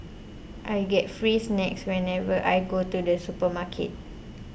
I get free snacks whenever I go to the supermarket